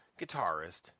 guitarist